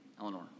Eleanor